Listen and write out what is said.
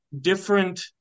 different